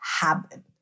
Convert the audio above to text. happen